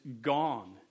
gone